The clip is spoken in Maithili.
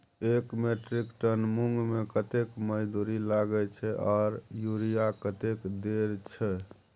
एक मेट्रिक टन मूंग में कतेक मजदूरी लागे छै आर यूरिया कतेक देर छै?